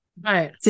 Right